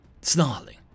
Snarling